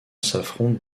s’affrontent